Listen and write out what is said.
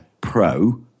Pro